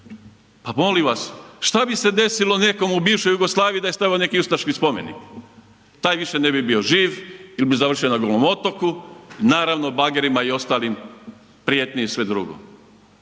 Pa molim vas šta bi se desilo nekom u bivšoj Jugoslaviji da je stavio neki ustaški spomenik. Taj više ne bi bio živ ili bi završio na Golom otoku, naravno bagerima i ostalim prijetnji i sve drugo.